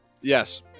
Yes